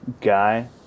guy